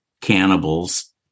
cannibals